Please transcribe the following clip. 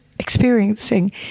experiencing